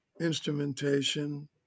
instrumentation